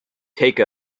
take